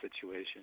situation